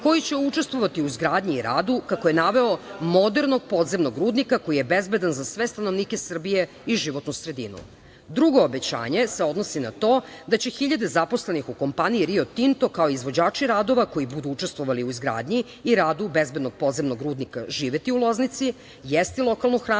koji će učestvovati u izgradnji i radu, kako je naveo, modernog podzemnog rudnika koji je bezbedan za sve stanovnike Srbije i životnu sredinu. Drugo obećanje se odnosi na to da će hiljade zaposlenih u kompaniji „Rio Tinto“, kao i izvođači radova koji budu učestvovali u izgradnji i radu bezbednog podzemnog rudnika živeti u Loznici, jesti lokalnu hranu,